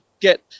get